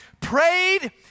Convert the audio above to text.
prayed